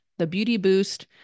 thebeautyboost